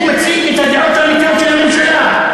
הוא מציג את הדעות האמיתיות של הממשלה.